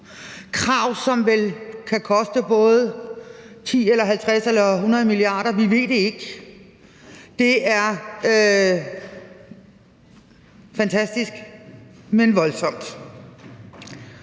krav, som vel kan koste 10, 50 eller 100 mia. kr.; vi ved det ikke. Det er fantastisk, men voldsomt.